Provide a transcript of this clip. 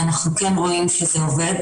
ואנחנו כן רואים שזה עובד,